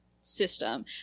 system